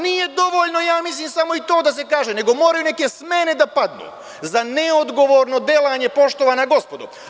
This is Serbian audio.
Nije dovoljno, ja mislim, samo i to da se kaže, nego moraju neke smene da padnu za neodgovorno delanje, poštovana gospodo.